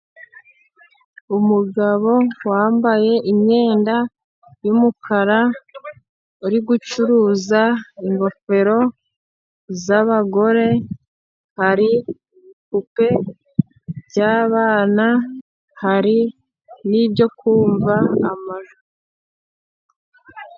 Umugabo wambaye imyenda y'umukara, uri gucuruza ingofero z'abagore, hari ibipupe by'abana, hari nibyo kumva amajwi.